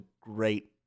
great